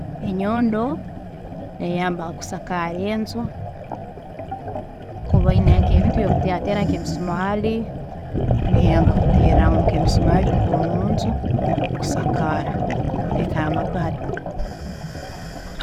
Enyondo eyamba hakusakaara enju, kuba oyine nkebintu ebyokuteerateera nk'emisimaari, neyambaho kuteera nkemisimaari nkomunju, kusakaara, kuteekaho amabaati.